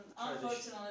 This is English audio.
unfortunately